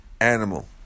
animal